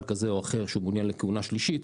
כזה או אחר שהוא מעוניין לכהונה שלישית,